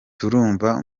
turumva